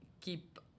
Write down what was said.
keep